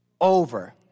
over